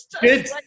Good